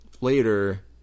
later